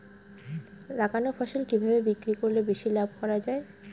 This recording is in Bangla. লাগানো ফসল কিভাবে বিক্রি করলে বেশি লাভ করা যায়?